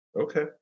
Okay